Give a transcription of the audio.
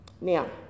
Now